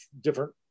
different